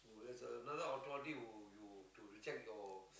there's another authority who you do reject your